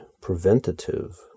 preventative